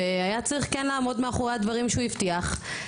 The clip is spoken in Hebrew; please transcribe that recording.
והיה צריך כן לעמוד מאחורי הדברים שהוא הבטיח,